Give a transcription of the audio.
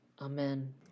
Amen